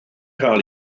cael